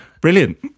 Brilliant